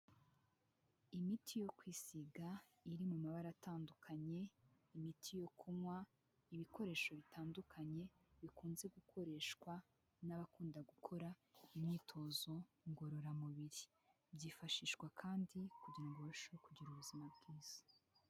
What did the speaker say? Imiti yo kwisiga iri mu mabara atandukanye imiti yo kunywa ibikoresho bitandukanye bikunze gukoreshwa n'abakunda gukora imyitozo ngororamubiri byifashishwa kandi kugira ngo urusheho kugira ubuzima bwiza.